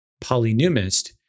polynumist